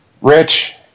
Rich